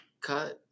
Cut